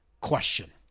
question